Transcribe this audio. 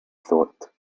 thought